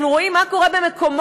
אנחנו רואים מה קורה במקומות,